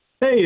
Hey